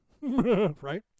right